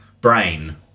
brain